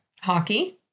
Hockey